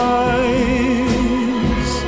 eyes